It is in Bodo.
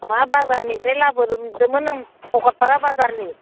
मा बाजारनिफ्राय लाबोदोमोन भकतपारा बाजारनि